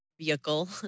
vehicle